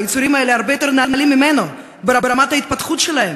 היצורים האלה הרבה יותר נעלים ממנו ברמת ההתפתחות שלהם,